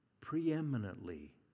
preeminently